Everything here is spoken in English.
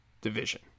division